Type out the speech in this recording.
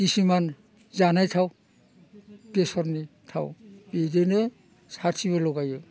किसुमान जानाय थाव बेसरनि थाव बिदिनो साथिबो लगायो